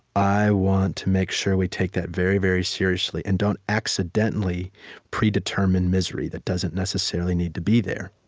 i want to make sure we take that very, very seriously, and don't accidentally predetermine misery that doesn't necessarily need to be there.